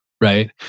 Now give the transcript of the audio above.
right